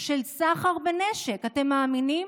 של סחר בנשק, אתם מאמינים?